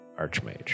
Archmage